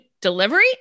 delivery